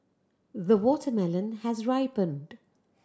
the watermelon has ripened